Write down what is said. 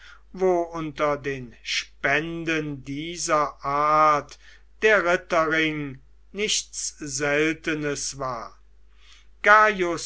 wo unter den spenden dieser art der ritterring nichts seltenes war